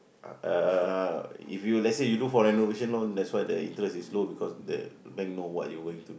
uh if you let's say you do for renovation loan that's why the interest is low because the bank know what you're going to do